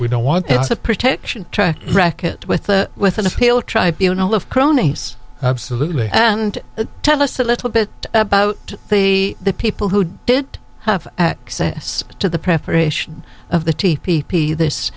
we don't want a protection racket with a with an appeal tribunals of cronies absolutely and tell us a little bit about the people who did have access to the preparation of the p p this